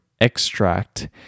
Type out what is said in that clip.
extract